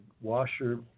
washer